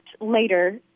later